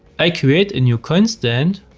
i create a new constant,